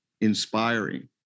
inspiring